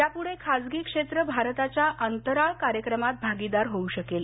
यापुढे खाजगी क्षेत्र भारताच्या अंतराळ कार्यक्रमात भागीदार होऊ शकेल